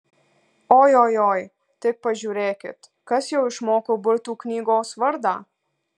ojojoi tik pažiūrėkit kas jau išmoko burtų knygos vardą